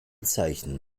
zeichen